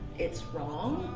it's wrong.